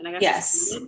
Yes